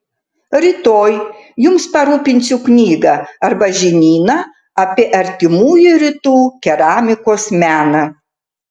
rytoj jums parūpinsiu knygą arba žinyną apie artimųjų rytų keramikos meną